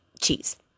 cheese